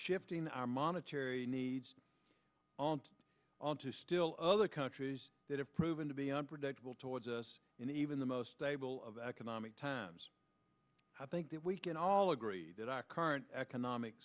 shifting our monetary needs on and on to still other countries that have proven to be unpredictable towards us and even the most stable of economic times i think that we can all agree that our current economic